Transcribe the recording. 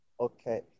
Okay